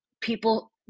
People